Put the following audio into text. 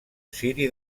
ciri